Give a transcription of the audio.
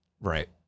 Right